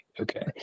okay